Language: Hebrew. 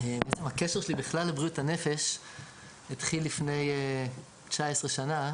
הקשר שלי לבריאות הנפש בעצם התחיל לפני 19 שנה.